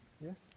Yes